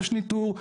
יש ניטור.